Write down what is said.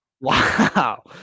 Wow